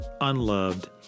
unloved